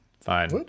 Fine